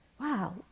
wow